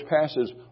passes